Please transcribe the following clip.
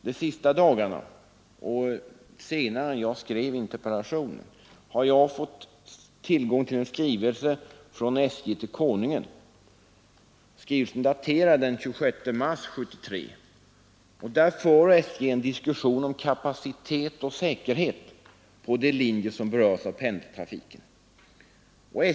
De senaste dagarna — alltså efter det att jag skrev interpellationen — har jag fått tillgång till en skrivelse från SJ till Kungl. Maj:t. Den är daterad den 26 mars 1973. I den för SJ en diskussion om kapacitet och säkerhet på de linjer som berörs av pendeltrafiken.